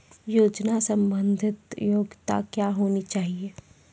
योजना संबंधित योग्यता क्या होनी चाहिए?